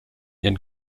ihren